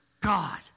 God